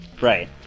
Right